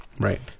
Right